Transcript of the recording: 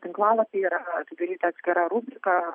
tinklalapyje yra atidaryta atskira rubrika